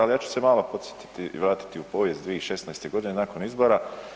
Ali ja ću se malo podsjetiti i vratiti u povijest 2016. godine nakon izbora.